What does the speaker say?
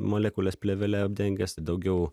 molekulės plėvele apdengęs daugiau